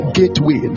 gateway